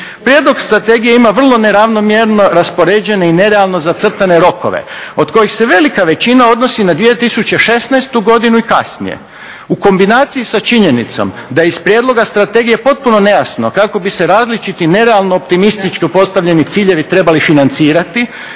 Prijedlog strategije ima vrlo neravnomjerno raspoređene i nerealno zacrtane rokove od kojih se velika većina odnosi na 2016. godinu i kasnije. U kombinaciji sa činjenicom da iz prijedloga strategije potpuno nejasno kako bi se različiti nerealno optimističko postavljeni ciljevi trebali financirati,